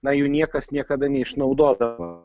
na jų niekas niekada neišnaudodavo